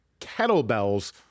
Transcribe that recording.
kettlebells